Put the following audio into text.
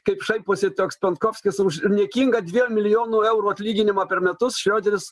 kaip šaiposi toks stankovskis už niekingą dviejų miljonų eurų atlyginimą per metus šrioderis